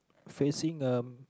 facing a